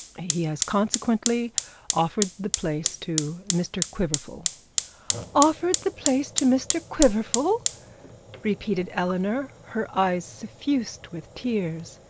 he has consequently offered the place to mr quiverful offered the place to mr quiverful repeated eleanor, her eyes suffused with tears.